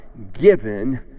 given